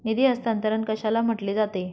निधी हस्तांतरण कशाला म्हटले जाते?